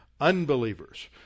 unbelievers